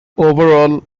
overall